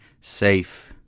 safe